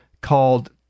called